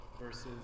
versus